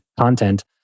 content